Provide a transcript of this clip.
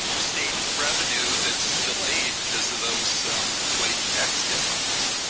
state revenue that's delayed cause of those late tax deadlines.